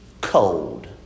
cold